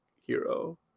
hero